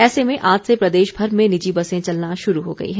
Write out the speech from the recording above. ऐसे में आज से प्रदेश भर में निजी बसे चलना शुरू हो गई हैं